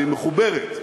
והיא מחוברת,